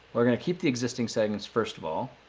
we're going to keep the existing segments first of all.